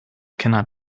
cannot